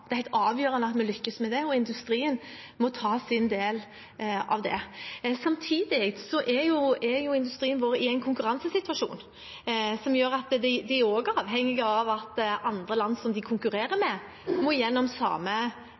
avgjørende at vi lykkes med det grønne skiftet, og industrien må ta sin del. Samtidig er jo industrien vår i en konkurransesituasjon som gjør at de også er avhengige av at land de konkurrerer med, må igjennom den samme